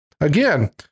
again